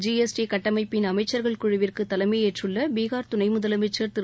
G S T கட்டமைப்பின் அமைச்சர்கள் குழுவிற்கு தலைமையேற்றுள்ள பீகார் துணை முதலமைச்சர் திரு